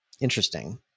Interesting